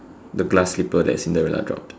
the glass slipper that Cinderella dropped